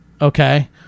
Okay